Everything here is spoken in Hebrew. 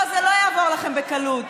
לא, זה לא יעבור לכם בקלות.